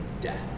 death